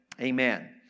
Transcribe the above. Amen